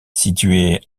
située